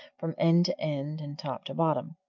from end end and top to bottom.